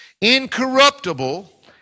incorruptible